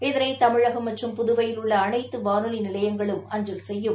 இதனை தமிழகம் மற்றம் புதுவையில் உள்ள அனைத்து வானொலி நிலையங்களும் அஞ்சல் செய்யும்